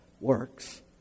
works